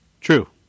True